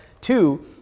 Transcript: Two